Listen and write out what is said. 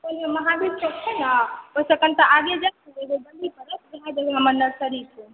ओ जे महावीर चौक छै ने ओहिसॅं कनिटा आगाँ जायब ने हमर नर्सरी छै